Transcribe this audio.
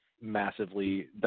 massively